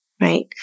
right